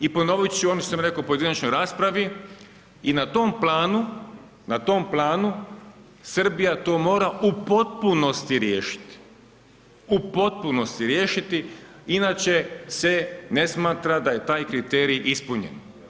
I ponoviti ću ono što sam rekao u pojedinačnoj raspravi i na tom planu, Srbija to mora u potpunosti riješiti, u potpunosti riješiti, inače se ne smatra da je taj kriterij ispunjen.